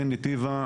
כן הטיבה.